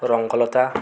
Rangalata